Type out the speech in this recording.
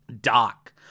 doc